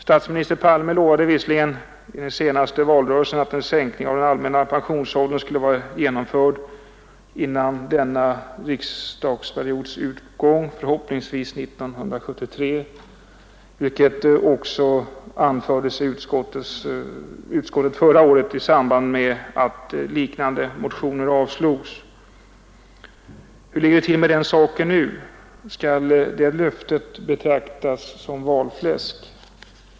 Statsminister Palme lovade visserligen i den senaste valrörelsen att en sänkning av den allmänna pensionsåldern skulle vara genomförd före denna riksdagsperiods utgång, förhoppningsvis 1973, vilket också anfördes av utskottet förra året i samband med att liknande motioner avstyrktes. Hur ligger det till med den saken? Skall det löftet betraktas som valfläsk?